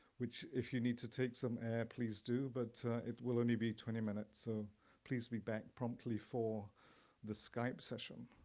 which if you need to take some air, please do, but it will only be twenty minutes. so please be back promptly for the skype session.